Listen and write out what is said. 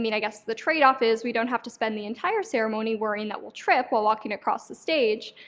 i mean i guess the trade-off is we don't have to spend the entire ceremony worrying that we'll trip while walking across the stage.